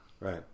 right